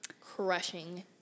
crushing